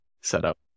setup